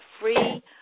free